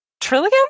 trillion